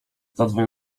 zadzwoń